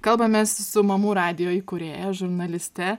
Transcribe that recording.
kalbamės su mamų radijo įkūrėja žurnaliste